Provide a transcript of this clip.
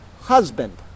husband